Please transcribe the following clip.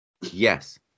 Yes